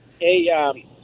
hey